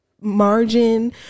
margin